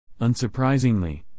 Unsurprisingly